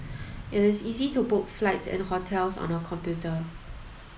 it is easy to book flights and hotels on the computer